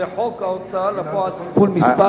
חוק ההוצאה לפועל (תיקון מס'